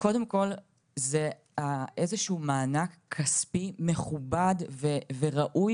אז קודם כל זה איזה שהוא מענק כספי מכובד וראוי